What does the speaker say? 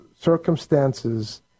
circumstances